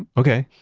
okay.